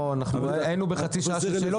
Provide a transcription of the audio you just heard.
היינו בחצי שעה של שאלות,